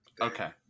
Okay